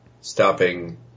Stopping